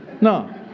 No